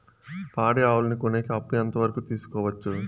పాడి ఆవులని కొనేకి అప్పు ఎంత వరకు తీసుకోవచ్చు?